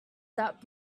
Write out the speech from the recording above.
that